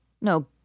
No